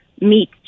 meet